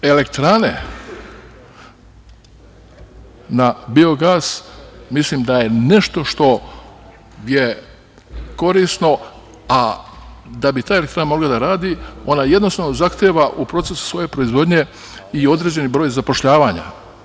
Tako da elektrane na biogas mislim da su nešto što je korisno, a da bi ta elektrana mogla da radi ona jednostavno zahteva u procesu svoje proizvodnje i određen broj zapošljavanja.